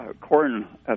corn